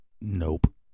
Nope